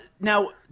Now